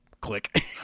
click